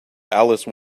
alice